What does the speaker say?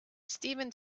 steven